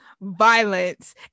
violence